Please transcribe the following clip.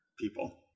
people